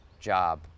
job